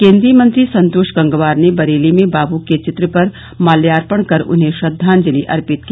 केन्द्रीय मंत्री संतोष गंगवार ने बरेली में बापू के चित्र पर माल्यार्पण कर उन्हें श्रद्वांजलि अर्पित की